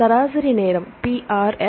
சராசரி நேரம் PRF